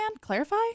Clarify